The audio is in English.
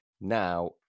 Now